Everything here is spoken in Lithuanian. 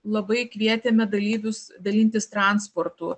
labai kvietėme dalyvius dalintis transportu